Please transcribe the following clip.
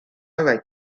like